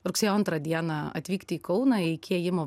rugsėjo antrą dieną atvykti į kauną iki ėjimo